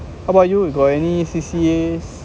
how about you you got any C_C_A